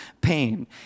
pain